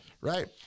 Right